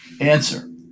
Answer